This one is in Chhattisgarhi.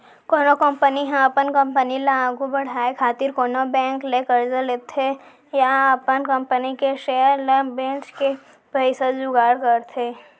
कोनो कंपनी ह अपन कंपनी ल आघु बड़हाय खातिर कोनो बेंक ले करजा लेथे या अपन कंपनी के सेयर ल बेंच के पइसा जुगाड़ करथे